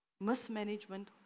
mismanagement